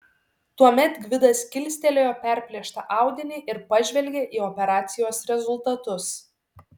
tuomet gvidas kilstelėjo perplėštą audinį ir pažvelgė į operacijos rezultatus